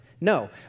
No